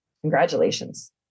Congratulations